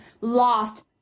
lost